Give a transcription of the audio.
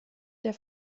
der